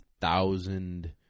thousand